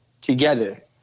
together